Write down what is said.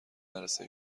نرسه